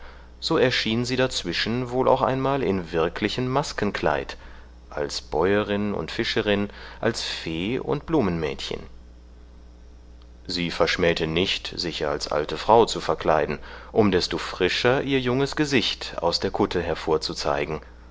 so erschien sie dazwischen wohl auch einmal im wirklichen maskenkleid als bäuerin und fischerin als fee und blumenmädchen sie verschmähte nicht sich als alte frau zu verkleiden um desto frischer ihr junges gesicht aus der kutte hervorzuzeigen